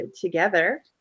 together